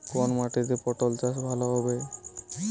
কোন মাটিতে পটল চাষ ভালো হবে?